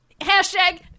hashtag